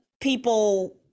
people